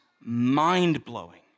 mind-blowing